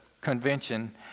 convention